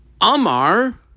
amar